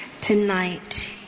Tonight